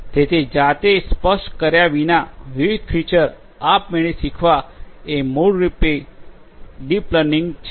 તેથી જાતે સ્પષ્ટ કર્યા વિના વિવિધ ફીચર આપમેળે શીખવા એ મૂળરૂપે ડીપ લર્નિંગ છે